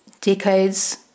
decades